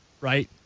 Right